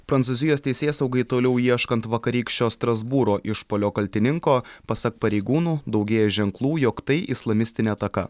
prancūzijos teisėsaugai toliau ieškant vakarykščio strasbūro išpuolio kaltininko pasak pareigūnų daugėja ženklų jog tai islamistinė ataka